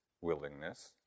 willingness